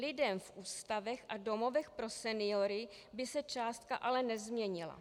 Lidem v ústavech a domovech pro seniory by se částka ale nezměnila.